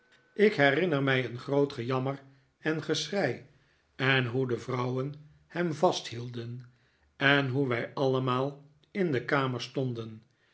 ik herinner mij een groot gejammer en geschrei en hoe de vrouwen hem vasthielden en hoe wij allemaal in de kamer stonden